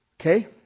Okay